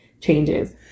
changes